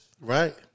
Right